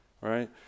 right